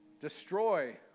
destroy